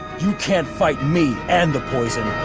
you can't fight me and the poison!